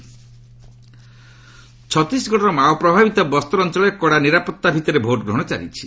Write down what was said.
ସିଗଡ୍ polling ଛତିଶଗଡ଼ର ମାଓ ପ୍ରଭାବିତ ବସ୍ତର ଅଞ୍ଚଳରେ କଡ଼ା ନିରାପତ୍ତା ଭିତରେ ଭୋଟ୍ଗ୍ରହଣ ଚାଲିଛି